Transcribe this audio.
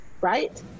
right